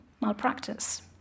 malpractice